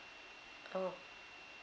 oh